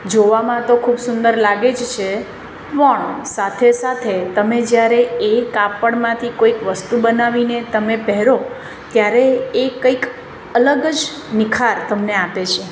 જોવામાં તો ખૂબ સુંદર લાગે જ છે પણ સાથે સાથે તમે જ્યારે એ કાપળમાંથી કોઈક વસ્તુ બનાવીને તમે પહેરો ત્યારે એ કંઈક અલગ જ નિખાર તમને આપે છે